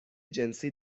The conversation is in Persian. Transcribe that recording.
جنسی